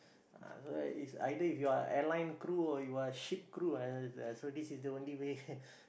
ah so is either if you are a airline crew or you are a ship crew uh uh so this is the only way